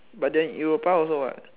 but then europa also what